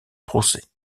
procès